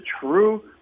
true